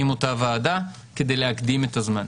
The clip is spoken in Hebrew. עם אותה ועדה כדי להקדים את הזמן.